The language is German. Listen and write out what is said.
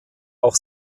auch